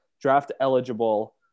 draft-eligible